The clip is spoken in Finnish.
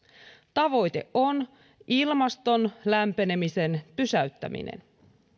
tavoite on ilmaston lämpenemisen pysäyttäminen